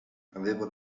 avevo